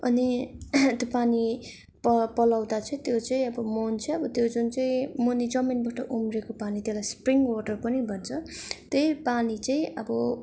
अनि त्यो पानी प पलाउँदा चाहिँ त्यो चाहिँ अब मुहान छ त्यो जुन चाहिँ मुनि जमिनबाट उम्रेको पानी त्यसलाई स्प्रिङ वाटर पनि भन्छ त्यही पानी चाहिँ अब